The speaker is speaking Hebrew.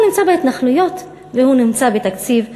הוא נמצא בהתנחלויות והוא נמצא בתקציב הביטחון,